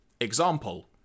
example